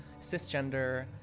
cisgender